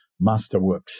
masterworks